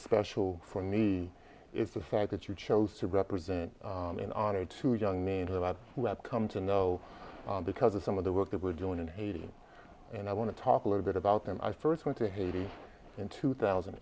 special for me is the fact that you chose to represent and honored two young men who had come to know because of some of the work that we're doing in haiti and i want to talk a little bit about them i first went to haiti in two thousand